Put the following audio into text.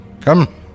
Come